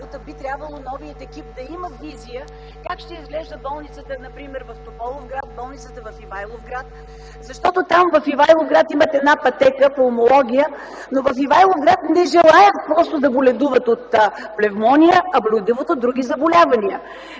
и би трябвало новият екип да има визия как ще изглежда болницата, например в Тополовград, болницата в Ивайловград, защото там – в Ивайловград, имат една пътека „пулмология”, но в Ивайловград не желаят просто да боледуват от пневмония, а боледуват от други заболявания.